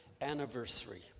anniversary